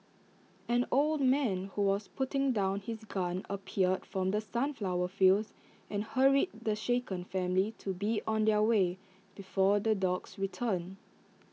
an old man who was putting down his gun appeared from the sunflower fields and hurried the shaken family to be on their way before the dogs return